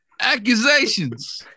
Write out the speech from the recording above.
Accusations